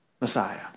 Messiah